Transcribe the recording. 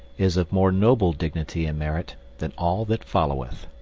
is of more noble dignity and merit than all that followeth.